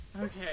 Okay